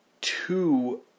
two